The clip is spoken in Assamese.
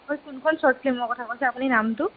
হয় কোনখন ছৰ্ট ফিল্মৰ কথা কৈছে আপুনি নামটো